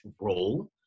role